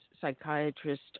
psychiatrist